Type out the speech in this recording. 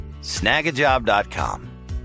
snagajob.com